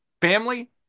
family